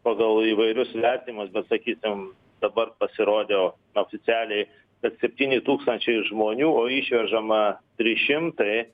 pagal įvairius vertinimus bet sakysim dabar pasirodo oficialiai kad septyni tūkstančiai žmonių o išvežama trys šimtai